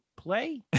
play